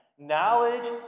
Knowledge